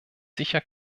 sicher